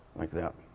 like that.